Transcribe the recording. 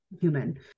human